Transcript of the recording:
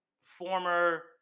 former